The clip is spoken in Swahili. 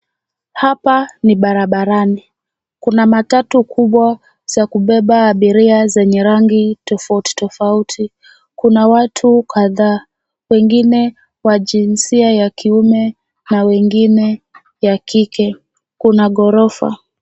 Hapa ni barabarani. Kuna matatu kubwa za kubeba abiria zenye rangi tofauti tofauti. Kuna watu kadhaa, wengine wa jinsia ya kiume na wengine ya kike. Kuna ghorofa.